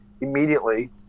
immediately